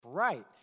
right